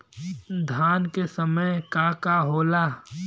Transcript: धान के समय का का होला?